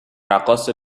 رقاص